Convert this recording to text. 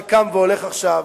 שקם והולך עכשיו,